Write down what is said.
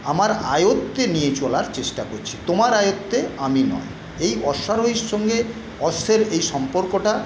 আমার আয়ত্তে নিয়ে চলার চেষ্টা করছি তোমার আয়ত্তে আমি নয় অশ্বারোহীর সঙ্গে অশ্বের এই সম্পর্কটা